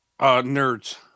nerds